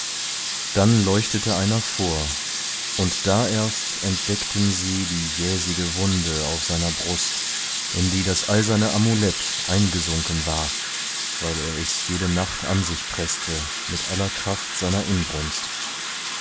dann leuchtete einer vor und da erst entdeckten sie die jäsige wunde auf seiner brust in die das eiserne amulett eingesunken war weil er es jede nacht an sich preßte mit aller kraft seiner inbrunst